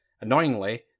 Annoyingly